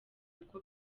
uko